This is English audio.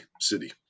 city